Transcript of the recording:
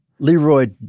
Leroy